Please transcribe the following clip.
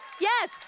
Yes